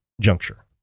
juncture